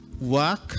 work